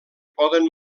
poden